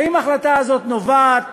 האם ההחלטה הזאת נובעת